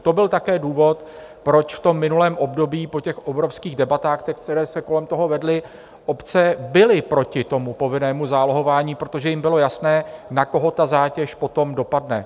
To byl také důvod, proč v minulém období po těch obrovských debatách, které se kolem toho vedly, obce byly proti tomu povinnému zálohování, protože jim bylo jasné, na koho ta zátěž potom dopadne.